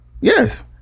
Yes